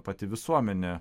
pati visuomenė